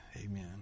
amen